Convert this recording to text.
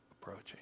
approaching